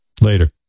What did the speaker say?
Later